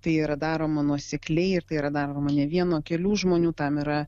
tai yra daroma nuosekliai ir tai yra daroma ne vieno o kelių žmonių tam yra